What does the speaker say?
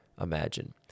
imagine